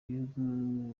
ibihugu